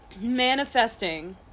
Manifesting